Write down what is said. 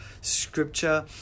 scripture